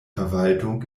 verwaltung